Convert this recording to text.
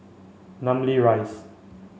namly Rise